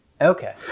Okay